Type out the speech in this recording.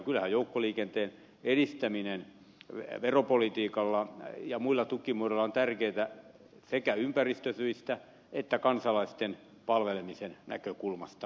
kyllähän joukkoliikenteen edistäminen veropolitiikalla ja muilla tukimuodoilla on tärkeätä sekä ympäristösyistä että kansalaisten palvelemisen näkökulmasta